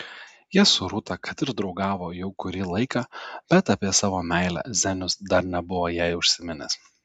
jie su rūta kad ir draugavo kurį laiką bet apie savo meilę zenius dar nebuvo jai užsiminęs